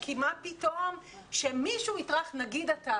כי מה פתאום שמישהו יטרח לשדר את זה?